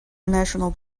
national